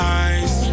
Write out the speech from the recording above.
eyes